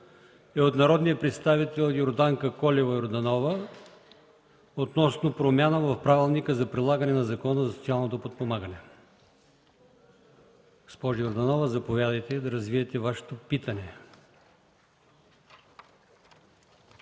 е от народния представител Йорданка Колева Йорданова относно промяна в Правилника за прилагане на Закона за социално подпомагане. Госпожо Йорданова, заповядайте да развиете Вашето питане.